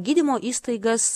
gydymo įstaigas